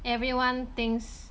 everyone thinks